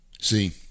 See